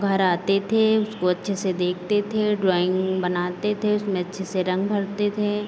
घर आते थे उसको अच्छे से देखते थे ड्राइंग बनाते थे उसमें अच्छे से रंग भरते थे